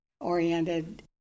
oriented